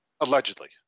allegedly